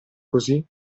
così